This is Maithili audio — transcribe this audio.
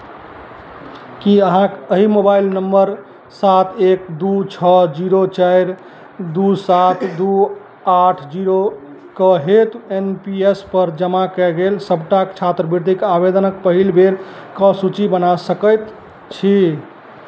कि अहाँ एहि मोबाइल नम्बर सात एक दुइ छओ जीरो चारि दुइ सात दुइ आठ जीरोके हेतु एन पी एस पर जमा कएल गेल सबटा छात्रवृति आवेदनके पहिलबेरके सूची बना सकै छी